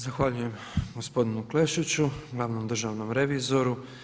Zahvaljujem gospodinu Klešiću, glavnom državnom revizoru.